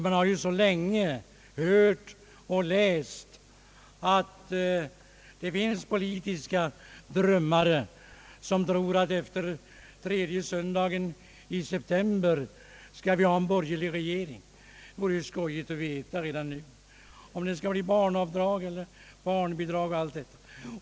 Man har ju så länge hört och läst att det finns politiska drömmare som tror att vi efter den tredje söndagen i september skall ha en borgerlig regering. Det vore roligt att redan nu få veta om det då skall bli barnbidrag eller barnavdrag.